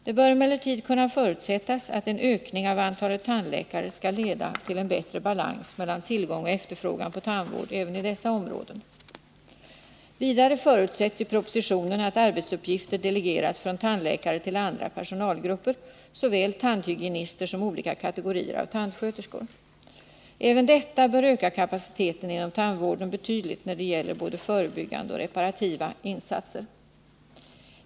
Det bör emellertid kunna förutsättas att en ökning av antalet tandläkare skall leda till en bättre balans mellan tillgång och efterfrågan på tandvård även i dessa områden. Vidare förutsätts i propositionen att arbetsuppgifter delegeras från tandläkare till andra personalgrupper, såväl tandhygienister som olika kategorier av tandsköterskor. Även detta bör öka kapaciteten inom tandvården betydligt när det gäller både förebyggande och reparativa insatser.